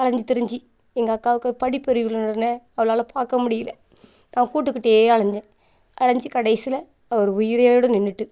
அழைஞ்சி திரிஞ்சி எங்கள் அக்காவுக்கு படிப்பறிவு இல்லைன்னவொன்னே அவளால் பார்க்க முடியல நான் கூட்டுக்கிட்டே அழைஞ்சேன் அழைஞ்சு கடைசியில் அவர் உயிரோடய நின்றுட்டு